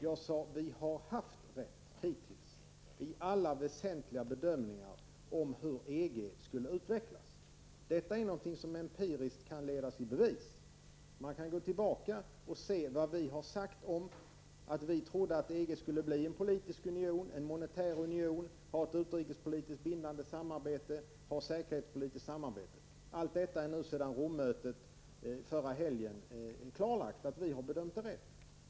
Jag sade: Vi har haft rätt hittills i alla väsentliga bedömningar om hur EG skulle utvecklas. Det är någonting som empiriskt kan ledas i bevis. Man kan gå tillbaka och se vad vi har sagt. Vi trodde att EG skulle bli en politisk union och en monetär union och att EG skulle ha ett utrikespolitiskt och säkerhetspolitiskt bindande samarbete. Det är nu sedan Rommötet under förra helgen helt klarlagt att våra bedömningar var riktiga.